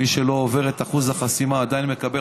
מי שלא עובר את אחוז החסימה עדיין מקבל